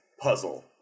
puzzle